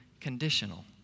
Conditional